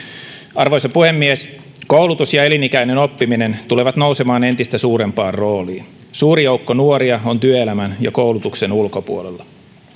arvoisa puhemies koulutus ja elinikäinen oppiminen tulevat nousemaan entistä suurempaan rooliin suuri joukko nuoria on työelämän ja koulutuksen ulkopuolella